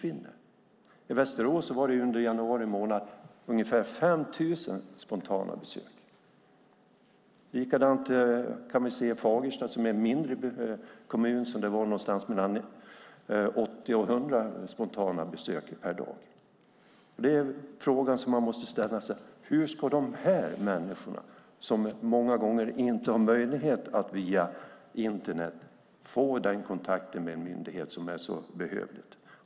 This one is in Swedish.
I Västerås var det under januari ungefär 5 000 spontana besök. I Fagersta, som är en mindre kommun, var det någonstans mellan 80 och 100 spontana besök per dag. Frågan som man måste ställa sig är: Hur ska de här människorna, som många gånger inte har möjlighet att gå via Internet, få den kontakt med myndigheter som de behöver?